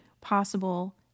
possible